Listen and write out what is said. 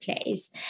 place